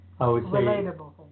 Relatable